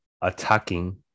attacking